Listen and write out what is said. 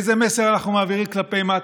איזה מסר אנחנו מעבירים כלפי מטה?